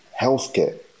healthcare